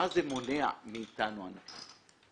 מה זה מונע מאיתנו הנכים?